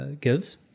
gives